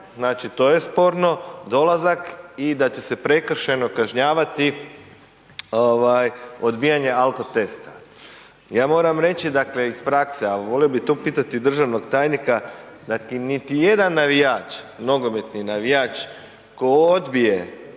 znači to je sporno, dolazak i da će se prekršajno kažnjavati ovaj odbijanje alkotesta. Ja moram reći dakle iz prakse, al volio bi to pitati i državnog tajnika da niti jedan navijač, nogometni navijač, tko odbije